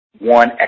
one